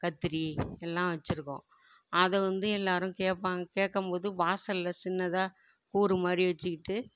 கத்திரி எல்லாம் வச்சுருக்கோம் அதை வந்து எல்லோரும் கேட்பாங்க கேட்கும்போது வாசலில் சின்னதாக கூறு மாதிரி வச்சுக்கிட்டு